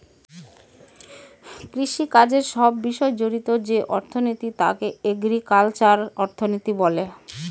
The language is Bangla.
কৃষিকাজের সব বিষয় জড়িত যে অর্থনীতি তাকে এগ্রিকালচারাল অর্থনীতি বলে